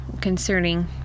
concerning